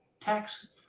tax